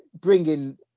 bringing